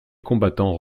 combattants